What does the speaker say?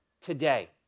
today